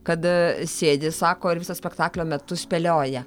kada sėdi sako ir viso spektaklio metu spėlioja